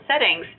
settings